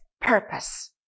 purpose